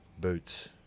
boots